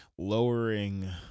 lowering